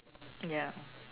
ya